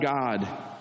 God